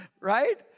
Right